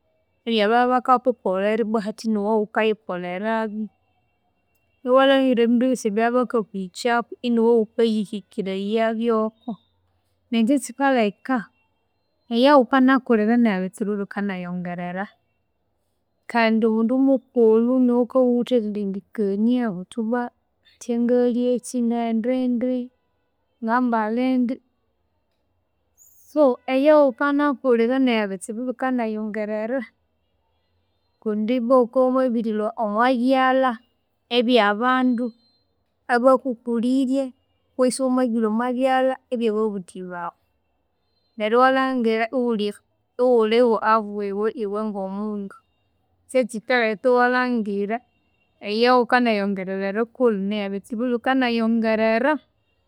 Ebyababya bakakukolhera, bahatya niwe wukayikolherabwu, iwalhangira ebindu ebyosi ebyabya bakakuhikyaku iniwe wukayihikiraya byoko nekyo kyakikalheka, eyawukanakulira nebitsibu yabikanyayongerera kandi omundu mukulhu niwe wukabya iwuthe erilhengekania wuthibwa ngayalyeki, ngeghendidi, ngambalhindi, so eyawukana kulhira nebitsibu bikanayongerera, kundi bwa wukowamabirilhwa omwebyalha ebyo wundi mundu abakukulhirye, kutsi iwamabirilhwa omwe byalha ebyababuthi bawe, neryo iwalhangira yiwulhi yiwulhi ahabwiwe, iwengomundu kyekikaleka iwalhangira eyawukanayongera erikulha, neyo ebitsibu bikanayongera